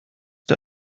der